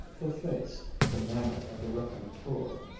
the face, the manner of the raconteur.